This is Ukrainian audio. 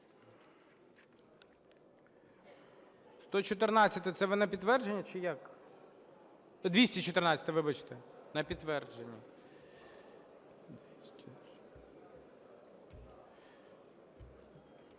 114-а. Це ви на підтвердження чи як? 214-а, вибачте. На підтвердження.